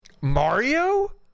Mario